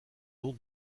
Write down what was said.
don